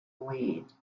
weed